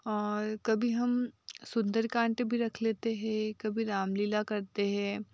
और कभी हम सुंदर कांड भी रख लेते हैं कभी रामलीला करते हैं